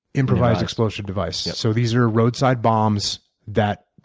improvised explosive device. so these are roadside bombs that